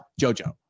jojo